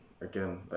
Again